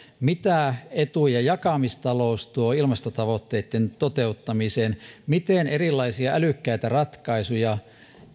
mitä etuja jakamistalous tuo ilmastotavoitteitten toteuttamiseen miten erilaisia älykkäitä ratkaisuja